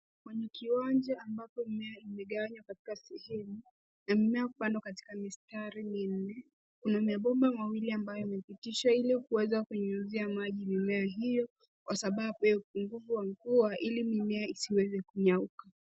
Kwenye kiwanja ambapo mimea imegawanywa katika sehemu na mimea kupandwa katika mistari minne. Kuna mabomba mawili ambapo yamepitishwa ili kuweza kunyunyizia maji mimea hiyo kwa sababu ya upungufu wa mvua, ili mimea isiweze kunyauka.